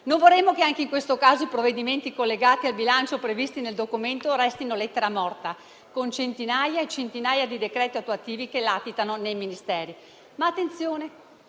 Non vorremmo che anche in questo caso i provvedimenti collegati al bilancio previsti nel documento restino lettera morta, con centinaia e centinaia di decreti attuativi che latitano nei Ministeri;